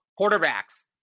quarterbacks